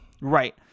Right